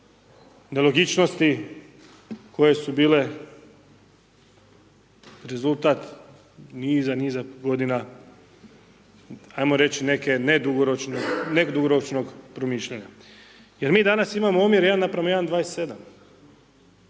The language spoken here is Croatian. nelogičnosti koje su bile rezultat niza, niza godina, ajmo reći neke nedugoročne, nedugoročnog promišljanja. Jer mi danas imamo omjer 1:1,27,